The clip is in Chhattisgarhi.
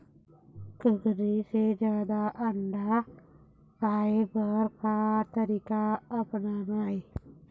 कुकरी से जादा अंडा पाय बर का तरीका अपनाना ये?